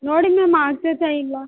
ನೋಡಿ ಮ್ಯಾಮ್ ಆಗ್ತೈತೊ ಇಲ್ವೋ